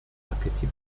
archetypal